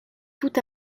tout